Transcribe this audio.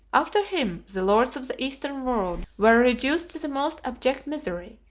after him, the lords of the eastern world were reduced to the most abject misery,